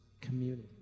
community